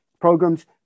programs